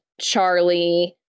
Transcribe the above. Charlie